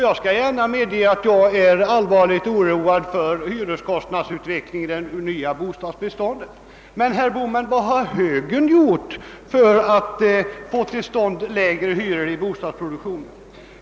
Jag skall gärna medge att även jag är allvarligt oroad över hyreskostnadsutvecklingen i det nya bostadsbeståndet. Men, herr Bohman, vad har högern gjort för att åstadkomma lägre hyror i bostadsproduktionen?